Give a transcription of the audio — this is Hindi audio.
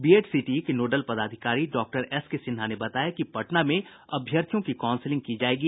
बीएड सीटीई के नोडल पदाधिकारी डॉक्टर एसके सिन्हा ने बताया कि पटना में अभ्यर्थियों की काउंसिलिंग की जायेगी